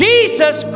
Jesus